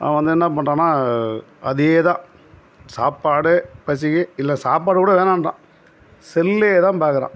அவன் வந்து என்ன பண்றான்னால் அதேதான் சாப்பாடு பசிக்கு இல்லை சாப்பாடு கூட வேணான்றான் செல்லை தான் பார்க்குறான்